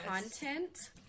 content